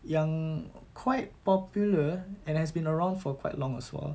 yang quite popular and has been around for quite long as well